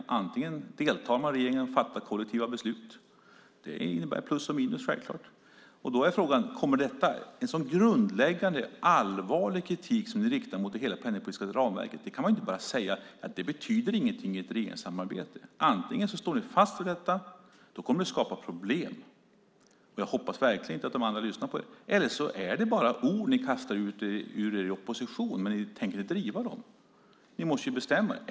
Deltar man i en regering och fattar kollektiva beslut innebär det självklart plus och minus. Ni kan inte bara säga att en så grundläggande och allvarlig kritik som ni riktar mot hela det penningpolitiska ramverket inte betyder någonting i ett regeringssamarbete. Antingen står ni fast vid detta - då kommer det att skapa problem, och jag hoppas verkligen att de andra inte lyssnar på er - eller också är det bara ord ni kastar ur er i opposition men som ni inte tänker driva. Ni måste ju bestämma er.